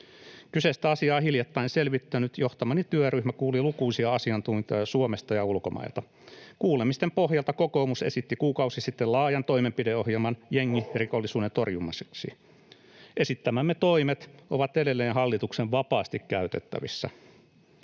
Kyseistä asiaa hiljattain selvittänyt johtamani työryhmä kuuli lukuisia asiantuntijoita Suomesta ja ulkomailta. Kuulemisten pohjalta kokoomus esitti kuukausi sitten laajan toimenpideohjelman jengirikollisuuden torjumiseksi. Esittämämme toimet ovat edelleen hallituksen vapaasti käytettävissä.